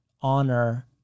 honor